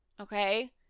okay